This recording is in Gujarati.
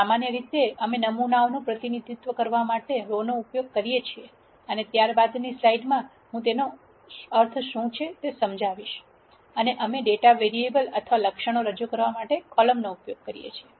સામાન્ય રીતે અમે નમૂનાઓનું પ્રતિનિધિત્વ કરવા માટે રો નો ઉપયોગ કરીએ છીએ અને ત્યારબાદની સ્લાઇડ્સમાં હું તેનો અર્થ શું સમજાવું છું અને અમે ડેટામાં વેરીએબલ અથવા લક્ષણો રજૂ કરવા માટે કોલમ નો ઉપયોગ કરીએ છીએ